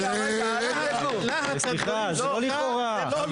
סליחה, זה לא לכאורה.